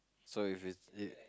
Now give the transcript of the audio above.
so if it's it